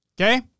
Okay